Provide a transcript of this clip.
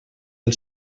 del